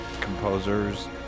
composers